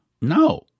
No